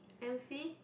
M_C